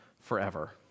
forever